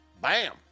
Bam